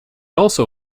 also